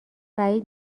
بعید